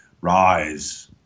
Rise